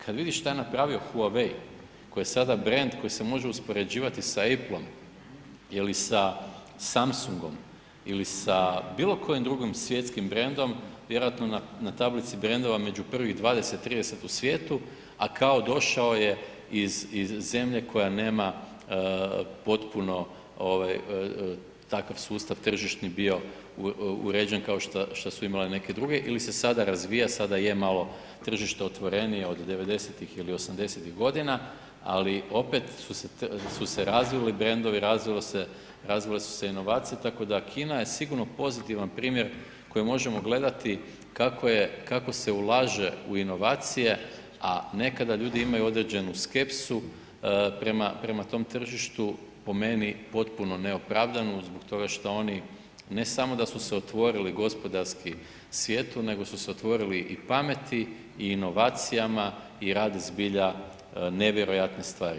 Kad vidiš šta je napravio Huawei koji je sada brand koji se može uspoređivati sa Apple-om ili sa bilokojim drugim svjetskim brandom, vjerojatno na tablici brandova među prvih 20, 30 u svijetu a kao došao je iz zemlje koja nema potpuno takav sustav tržišni bio uređen kao šta su imale neke druge ili se sada razvija, sada je malo tržište otvorenije od 90-tih ili 80-tih godina ali opet su se razvili brandovi, razvile su se inovacije tako da Kina je siguran pozitivan primjer koji možemo gledati kako se ulaže u inovacije a nekada ljudi imaju određenu skepsu prema tom tržištu, po meni potpuno neopravdanu zbog toga šta oni ne samo da su se otvorili gospodarski svijetu nego su se otvorili i pameti i inovacijama i rade zbilja nevjerojatne stvari.